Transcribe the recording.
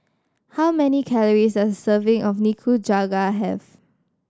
how many calories does serving of Nikujaga have